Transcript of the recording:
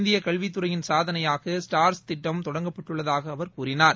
இந்திய கல்வித்துறையின் சாதனையாக ஸ்டார்ஸ் திட்டம் தொடங்கப்பட்டுள்ளதாக அவர் கூறினார்